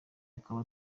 akaba